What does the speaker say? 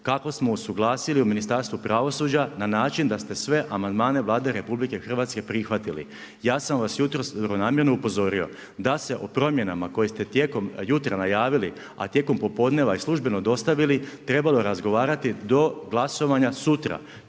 Kako smo usuglasili u Ministarstvu pravosuđa, na način da ste sve amandmane Vlade Republike Hrvatske, prihvatili. Ja sam vas jutros dobronamjerno upozorio, da se o promjenama koje ste tijekom jutra najavili, a tijekom popodneva i službeno dostavili trebalo razgovarati do glasovanja sutra.